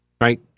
right